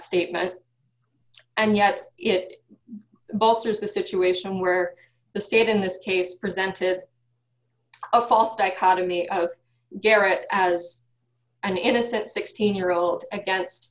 statement and yet it bolsters the situation where the state in this case presented a false dichotomy of garrett as an innocent sixteen year old against